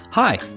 Hi